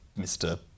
Mr